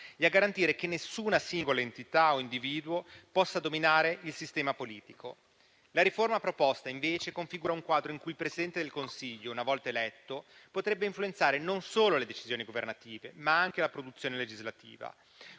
e a garantire che nessuna singola entità o individuo possano dominare il sistema politico. La riforma proposta, invece, configura un quadro in cui il Presidente del Consiglio, una volta eletto, potrebbe influenzare non solo le decisioni governative, ma anche la produzione legislativa.